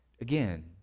again